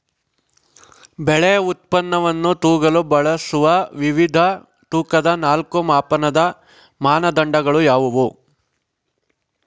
ಬೆಳೆ ಉತ್ಪನ್ನವನ್ನು ತೂಗಲು ಬಳಸುವ ವಿವಿಧ ತೂಕದ ನಾಲ್ಕು ಮಾಪನದ ಮಾನದಂಡಗಳು ಯಾವುವು?